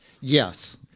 Yes